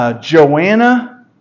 Joanna